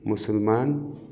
मुसलमान